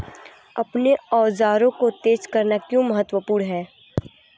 अपने औजारों को तेज करना क्यों महत्वपूर्ण है?